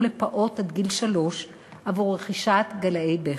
לפעוט עד גיל שלוש עבור רכישת גלאי בכי,